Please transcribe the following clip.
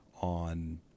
on